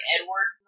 Edward